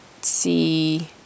see